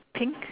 pink